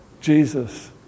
Jesus